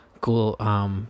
cool